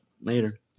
later